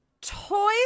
Toy